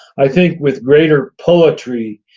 i think with greater poetry,